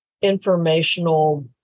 informational